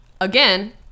Again